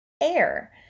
air